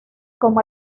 como